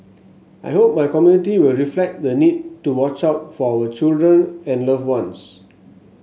I hope my community will reflect the need to watch out for our children and loved ones